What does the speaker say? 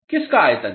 किसका आयतन है